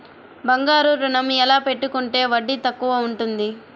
బంగారు ఋణం ఎలా పెట్టుకుంటే వడ్డీ తక్కువ ఉంటుంది?